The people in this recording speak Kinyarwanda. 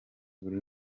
buri